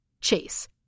Chase